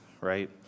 right